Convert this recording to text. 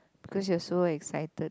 because you are so exited